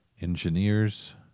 engineers